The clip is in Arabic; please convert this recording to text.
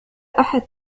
أحد